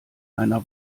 einer